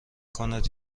کند